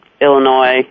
Illinois